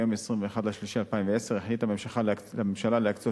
ביום 21 במרס 2010 החליטה הממשלה להקצות